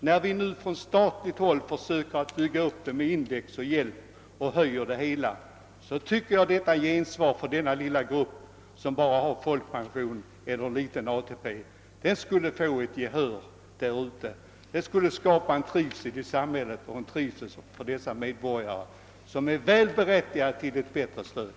När man nu på statligt håll försöker bygga upp ett system med indexreglering på detta område tycker jag att den lilla grupp av personer, som bara har folkpension eller folkpension och en liten ATP-pension, borde kunna få gehör för sina bostadsönskemål. Det skulle skapa trivsel i samhället för dessa medborgare, som är väl berättigade till ett förbättrat stöd.